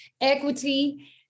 equity